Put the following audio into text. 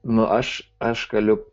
nu aš aš galiu